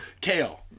Kale